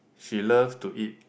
she love to eat